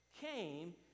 came